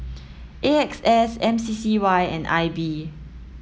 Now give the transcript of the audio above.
A X S M C C Y and I B